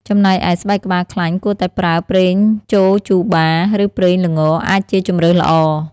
ចំណែកឯ ស្បែកក្បាលខ្លាញ់គួរតែប្រើ ប្រេងចូជូបា ឬប្រេងល្ងអាចជាជម្រើសល្អ។